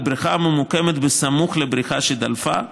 לבריכה הממוקמת בסמוך לבריכה שדלפה,